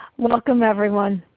welcome everyone.